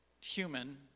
human